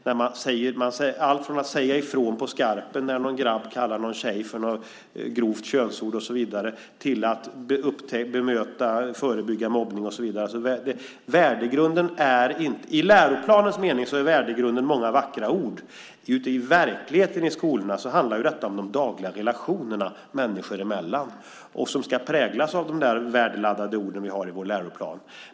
Det handlar om allt från att säga ifrån på skarpen när en grabb kallar en tjej för något grovt könsord till att bemöta och förebygga mobbning. I läroplanens mening är värdegrunden många vackra ord. Ute i verkligheten i skolorna handlar detta om de dagliga relationerna människor emellan som ska präglas av de värdeladdade orden som vi har i vår läroplan.